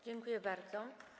Dziękuję bardzo.